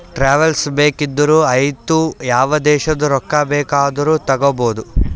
travellers cheque ಇದ್ದೂರು ಐಯ್ತ ಯಾವ ದೇಶದು ರೊಕ್ಕಾ ಬೇಕ್ ಆದೂರು ತಗೋಬೋದ